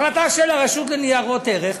החלטה של הרשות לניירות ערך,